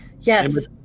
Yes